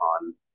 on